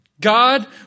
God